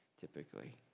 typically